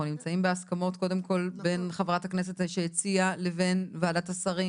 אנחנו נמצאים בהסכמות קודם כל בין חברת הכנסת שהציעה לבין ועדת השרים